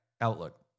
Outlook